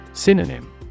Synonym